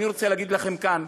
אני רוצה להגיד לכם כאן,